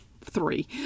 three